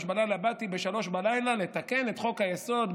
03:00. באתי ב-03:00 לתקן את חוק-היסוד,